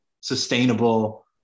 sustainable